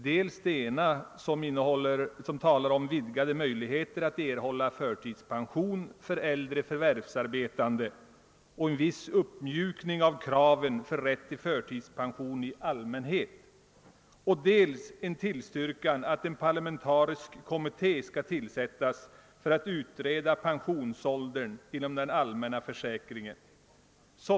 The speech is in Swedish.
Dels gäller det vidgade möjligheter för äldre förvärvsarbetande att erhålla förtidspension och en viss uppmjukning av kraven på rätt till förtidspension i allmänhet, dels en tillstyrkan av förslaget att en parlamentarisk kommitté skall tillsättas för att utreda frågan om sänkning av pensionsåldern inom den allmänna försäkringen.